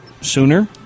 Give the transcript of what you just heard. sooner